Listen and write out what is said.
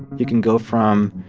you can go from